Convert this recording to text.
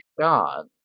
god